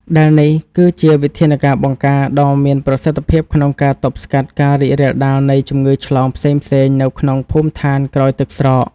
ដែលនេះគឺជាវិធានការបង្ការដ៏មានប្រសិទ្ធភាពក្នុងការទប់ស្កាត់ការរីករាលដាលនៃជំងឺឆ្លងផ្សេងៗនៅក្នុងភូមិឋានក្រោយទឹកស្រក។